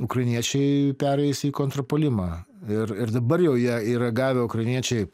ukrainiečiai pereis į kontrpuolimą ir ir dabar jau jie yra gavę ukrainiečiai